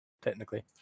technically